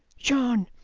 john,